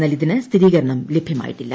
എന്നാൽ ഇതിന് സ്ഥിരീകരണം ലഭ്യമായിട്ടില്ല